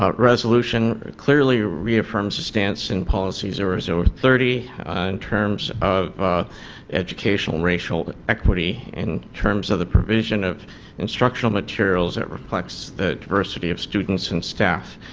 resolution clearly reaffirms the stance and policies there was over thirty in terms of educational racial equity in terms of the provision of instructional materials it reflects the diversity of students and staff.